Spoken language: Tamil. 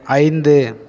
ஐந்து